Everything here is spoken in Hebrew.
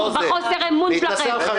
בחוסר האימון שלכם בו.